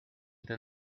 than